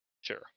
Sure